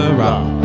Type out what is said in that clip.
rock